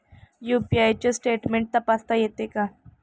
UPI चे statement तपासता येते का?